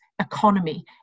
economy